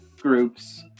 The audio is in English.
groups